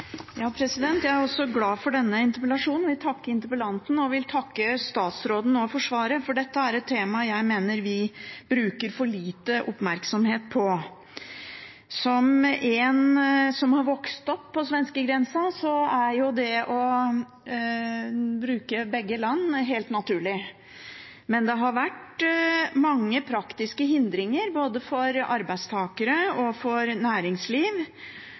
glad for denne interpellasjonen. Jeg vil takke interpellanten, og jeg vil også takke statsråden for svaret. Dette er et tema jeg mener vi har for lite oppmerksomhet på. For en som har vokst opp på svenskegrensen, er det å bruke begge land helt naturlig. Men det har vært mange praktiske hindringer, både for arbeidstakere og for næringsliv.